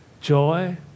Joy